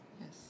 yes